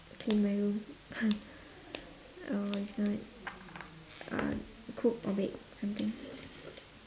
paint my room oh my god uh cook or bake something